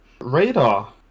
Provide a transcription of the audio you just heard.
radar